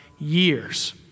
Years